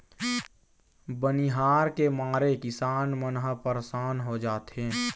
बनिहार के मारे किसान मन ह परसान हो जाथें